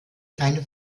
keine